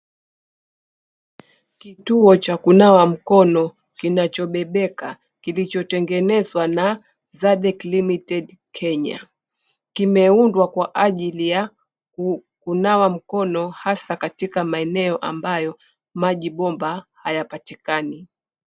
Kontena ya kunawia mikono inayobebeka iliyotengenezwa na zadek limited Kenya. Imeundwa kwa ajili ya kunawa mkono hasa katika maeneo ambayo maji bomba hayapatikani.